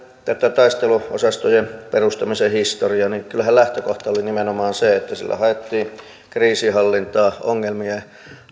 tätä taisteluosastojen perustamisen historiaa niin kyllähän lähtökohta oli nimenomaan se että sillä haettiin kriisinhallintaa ongelmien